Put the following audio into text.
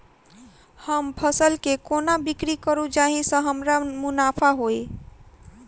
हम फसल केँ कोना बिक्री करू जाहि सँ हमरा मुनाफा होइ?